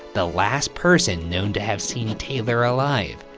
the last person known to have seen taylor alive,